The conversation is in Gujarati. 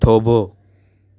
થોભો